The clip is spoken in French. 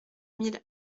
mille